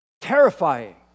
Terrifying